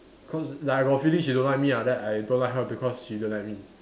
cause like I got feeling she don't like me ah then I don't like her because she don't like me